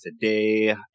today